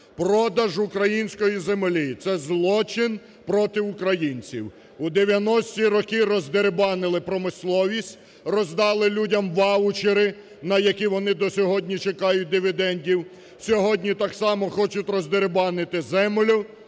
Продаж української землі – це злочин проти українців. У дев'яності роки роздерибанили промисловість, роздали людям ваучери, на які вони до сьогодні чекають дивідендів. Сьогодні так само хочуть роздерибанити землю,